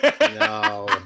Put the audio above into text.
no